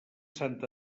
sant